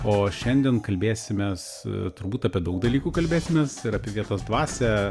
o šiandien kalbėsimės turbūt apie daug dalykų kalbėsimės ir apie vietos dvasią